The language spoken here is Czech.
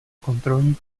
kontrolní